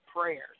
prayers